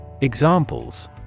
Examples